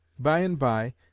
By-and-by